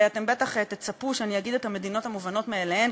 ואתם בטח תצפו שאני אגיד את המדינות המובנות מאליהן,